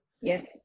Yes